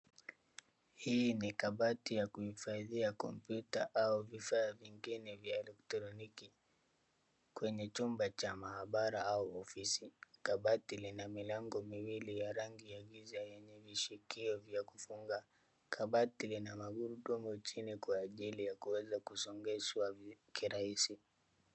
Hii ni kabati ya kuhifadhia computer au vifaa vingine vya elektroniki, kwenye chumba cha maabara au ofisi. Kabati lina milango miwili ya rangi ya giza yenye vishikio vya kufunga. Kabati lina magurudumu chini kwa ajili ya kuweza kusongeshwa kirahisi.